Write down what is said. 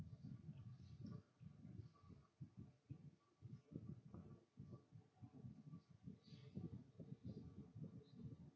maybe you could